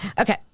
Okay